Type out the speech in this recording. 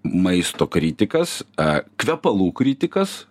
maisto kritikas a kvepalų kritikas